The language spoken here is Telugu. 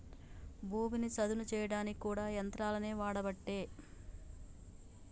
భూమిని చదును చేయడానికి కూడా యంత్రాలనే వాడబట్టే